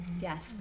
Yes